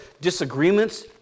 disagreements